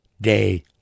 day